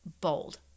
bold